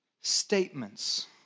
statements